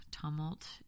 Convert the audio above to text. tumult